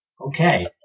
Okay